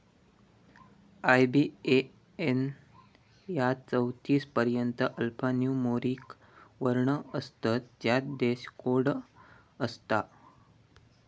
IBAN यात चौतीस पर्यंत अल्फान्यूमोरिक वर्ण असतत ज्यात देश कोड असता